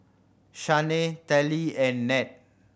Shanae Telly and Nat